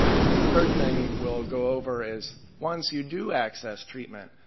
and and the third thing we'll go over is once you do access treatment,